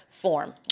form